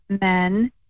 men